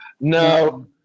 No